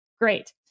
Great